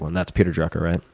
and that's peter drucker, right?